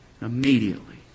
Immediately